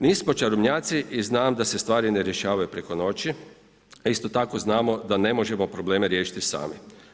Nismo čarobnjaci i znam da se stvari ne rješavaju preko noći, isto tako znamo da ne možemo probleme riješiti sami.